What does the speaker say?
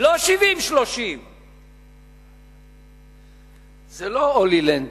לא 30% 70%. זה לא "הולילנד",